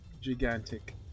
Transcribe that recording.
gigantic